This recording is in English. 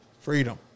freedom